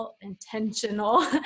intentional